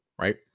Right